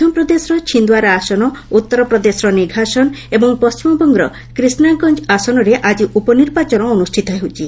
ମଧ୍ୟପ୍ରଦେଶର ଛିନ୍ଦ୍ୱାରା ଆସନ ଉତ୍ତର ପ୍ରଦେଶର ନିଘାସନ୍ ଏବଂ ପଣ୍ଢିମବଙ୍ଗର କ୍ରିଷ୍ଣାଗଞ୍ଜ ଆସନରେ ଆଜି ଉପନିର୍ବାଚନ ଅନୁଷ୍ଠିତ ହେଉଛି